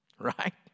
right